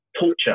torture